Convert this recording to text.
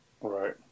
Right